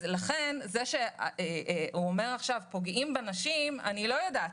לכן כאשר הוא אומר עכשיו שפוגעים בנשים אני לא יודעת,